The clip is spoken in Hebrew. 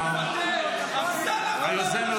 ממשלה כישלון.